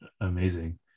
Amazing